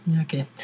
Okay